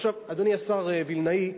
אדוני השר וילנאי,